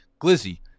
Glizzy